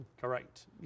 correct